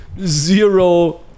zero